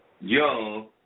young